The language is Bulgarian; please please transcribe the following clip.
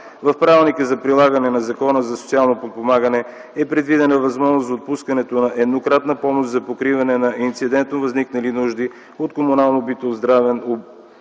В Правилника за прилагане на Закона за социално подпомагане е предвидена възможност за отпускането на еднократна помощ за покриване на инцидентно възникнали нужди от комунално-битов, здравен,